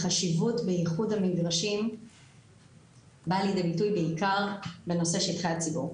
החשיבות באיחוד המגרשים באה לידי ביטוי בעיקר בנושא של שטחי הציבור.